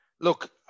Look